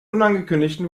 unangekündigten